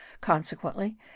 consequently